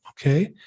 okay